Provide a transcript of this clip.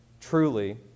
truly